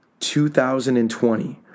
2020